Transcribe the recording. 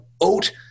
oat